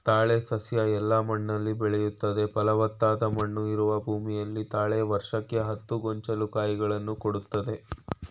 ತಾಳೆ ಸಸ್ಯ ಎಲ್ಲ ಮಣ್ಣಲ್ಲಿ ಬೆಳಿತದೆ ಫಲವತ್ತಾದ ಮಣ್ಣು ಇರುವ ಭೂಮಿಯಲ್ಲಿ ತಾಳೆ ವರ್ಷಕ್ಕೆ ಹತ್ತು ಗೊಂಚಲು ಕಾಯಿಗಳನ್ನು ಕೊಡ್ತದೆ